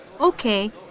Okay